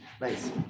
Nice